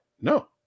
No